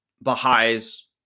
Baha'is